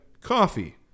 coffee